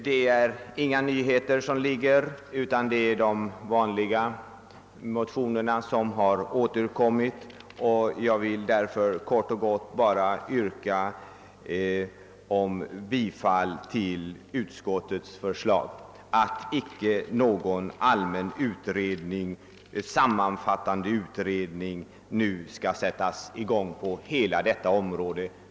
Det är inga nyheter som presenterats i de aktuella motionerna, utan motionerna är desamma som tidigare. Jag skall fördenskull kort och gott yrka bifall till utskottets förslag att någon allmän sammanfattande utredning inte skall sättas i gång på hela detta område.